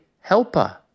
helper